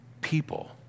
people